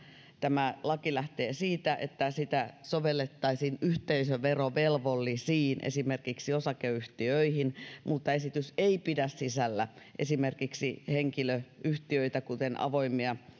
tämä laki lähtee siitä että sitä sovellettaisiin yhteisöverovelvollisiin esimerkiksi osakeyhtiöihin mutta esitys ei pidä sisällään esimerkiksi henkilöyhtiöitä kuten avoimia